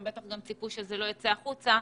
הם בטח גם ציפו שזה לא יצא החוצה,